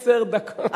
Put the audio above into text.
טוב,